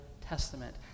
Testament